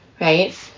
right